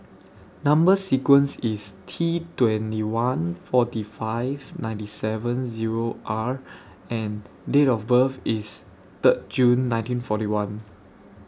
Number sequence IS T twenty one forty five ninety seven Zero R and Date of birth IS Third June nineteen forty one